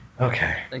okay